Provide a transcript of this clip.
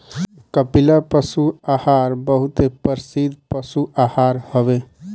कपिला पशु आहार बहुते प्रसिद्ध पशु आहार हवे